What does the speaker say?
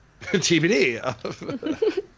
TBD